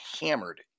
hammered